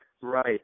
Right